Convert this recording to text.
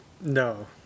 No